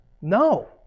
No